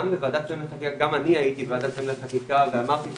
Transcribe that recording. גם אני הייתי בוועדת שרים לחקיקה ואמרתי את